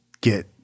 get